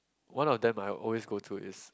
one of them I always go to is